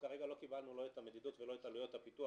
אנחנו כרגע לא קיבלנו לא את המדידות ולא את עלויות הפיתוח,